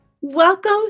welcome